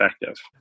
effective